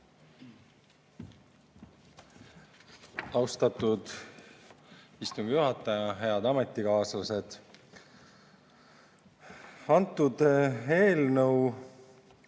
Austatud istungi juhataja! Head ametikaaslased! Antud eelnõu